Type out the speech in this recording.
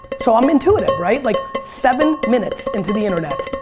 so i'm intuitive, right? like seven minutes into the internet,